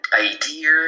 idea